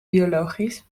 biologisch